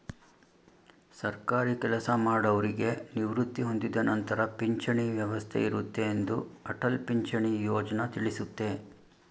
ಸರ್ಕಾರಿ ಕೆಲಸಮಾಡೌರಿಗೆ ನಿವೃತ್ತಿ ಹೊಂದಿದ ನಂತರ ಪಿಂಚಣಿ ವ್ಯವಸ್ಥೆ ಇರುತ್ತೆ ಎಂದು ಅಟಲ್ ಪಿಂಚಣಿ ಯೋಜ್ನ ತಿಳಿಸುತ್ತೆ